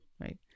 Right